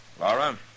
Laura